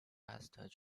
masters